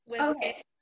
okay